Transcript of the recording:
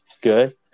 good